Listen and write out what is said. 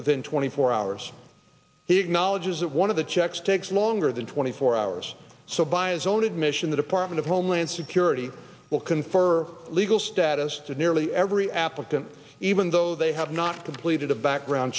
within twenty four hours he acknowledges that one of the checks takes longer than twenty four hours so by his own admission the department of homeland security will confer legal status to nearly every applicant even though they have not completed a background